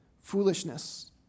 Foolishness